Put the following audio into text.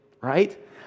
Right